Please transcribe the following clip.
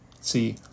See